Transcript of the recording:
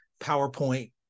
PowerPoint